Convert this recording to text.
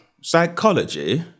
psychology